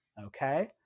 okay